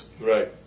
Right